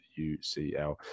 UCL